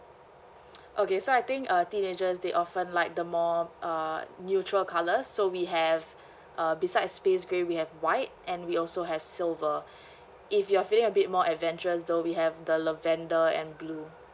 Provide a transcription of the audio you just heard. okay so I think uh teenagers they often like the more uh neutral colours so we have uh besides space grey we have white and we also have silver if you're feeling a bit more adventurous though we have the lavender and blue